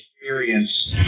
experience